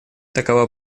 такова